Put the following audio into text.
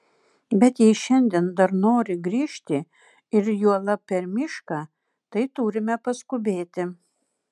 bet jei šiandien dar nori grįžti ir juolab per mišką tai turime paskubėti